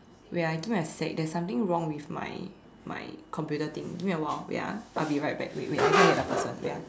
wait ah give me a sec there's something wrong with my my computer thing give me a while wait ah I'll be right back wait wait I go and get the person wait ah